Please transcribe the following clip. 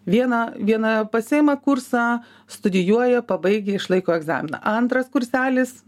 vieną vieną pasiima kursą studijuoja pabaigia išlaiko egzaminą antras kurselis